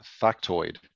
factoid